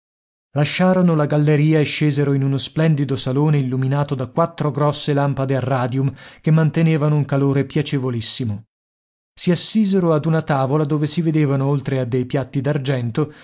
lasciarono la galleria e scesero in uno splendido salone illuminato da quattro grosse lampade a radium che mantenevano un calore piacevolissimo si assisero ad una tavola dove si vedevano oltre a dei piatti